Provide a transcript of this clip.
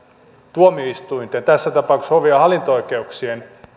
tuomioistuinten tässä tapauksessa hovi ja hallinto oikeuksien